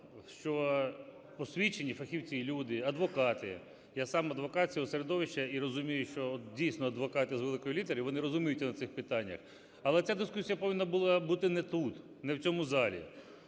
що освічені фахівці, люди, адвокати, я сам адвокат цього середовища і розумію, що от, дійсно, адвокати з великої літери, вони розуміються на цих питаннях. Але ця дискусія повинна була бути не тут, не в цьому залі,